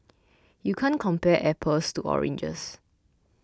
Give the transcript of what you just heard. you can't compare apples to oranges